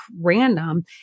random